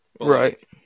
Right